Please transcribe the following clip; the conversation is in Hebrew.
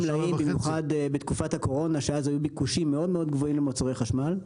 במיוחד בתקופת הקורונה שאז היו ביקושים מאוד מאוד גבוהים למוצרי חשמל.